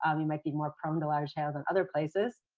um you might be more prone to like to ah than other places.